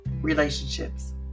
relationships